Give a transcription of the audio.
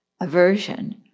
aversion